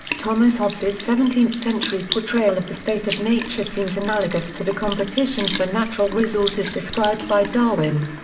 thomas hobbes's seventeenth century portrayal of the state of nature seems analogous to the competition for natural resources described by darwin.